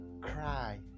cry